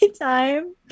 time